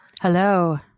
Hello